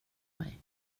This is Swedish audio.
mig